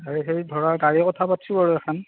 আৰু সেই ধৰা গাড়ী কথা পাতিছোঁ আৰু এখন